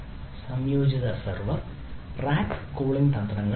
സംയോജിത server rack cooling തന്ത്രങ്ങൾ എന്നിവ